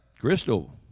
Crystal